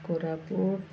Koraput